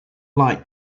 light